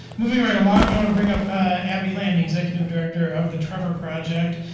moving right along, we want to bring up abby lan, the executive director of the trevor project.